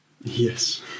Yes